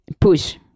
push